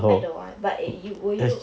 I don't want but eh you will you